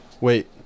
Wait